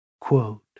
quote